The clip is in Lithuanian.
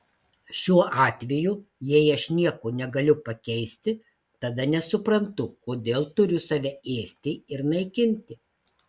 šiuo atveju jei aš nieko negaliu pakeisti tada nesuprantu kodėl turiu save ėsti ir naikinti